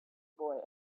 boy